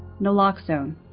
naloxone